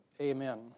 Amen